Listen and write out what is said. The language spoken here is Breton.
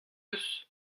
eus